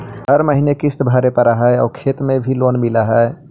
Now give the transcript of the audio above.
हर महीने में किस्त भरेपरहै आउ खेत पर भी लोन मिल है?